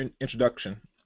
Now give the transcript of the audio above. introduction